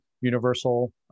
universal